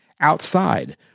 Outside